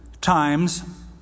times